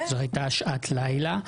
זו הייתה שעת לילה,